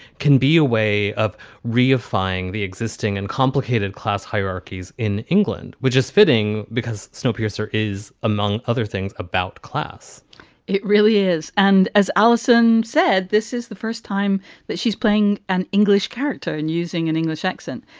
can be a way of redefining the existing and complicated class hierarchies in england, which is fitting because snowpiercer is, among other things, about class it really is. and as alison said, this is the first time that she's playing an english character and using an english accent.